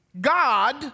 God